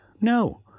no